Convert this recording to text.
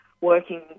working